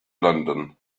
london